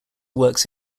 works